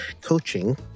coaching